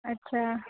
अच्छा